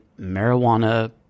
marijuana